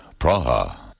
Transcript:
Praha